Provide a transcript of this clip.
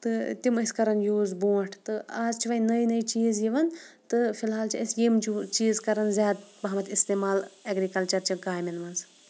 تہٕ تِم ٲسۍ کَران یوٗز برونٛٹھ تہٕ اَز چھِ وۄنۍ نٔے نٔے چیٖز یِوان تہٕ فِل حال چھِ أسۍ یِم چوٗ چیٖز کَران زیادٕ پَہمَتھ استعمال ایگرِکَلچَر چَن کامٮ۪ن منٛز